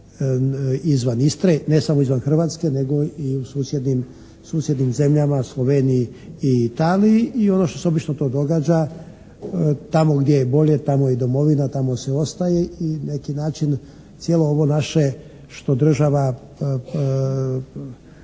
izvan Istre, ne samo izvan Hrvatske nego i u susjednim zemljama, Sloveniji i Italiji i ono što se obično to događa tamo gdje je bolje tamo je i domovina, tamo se i ostaje i na neki način cijelo ovo naše što država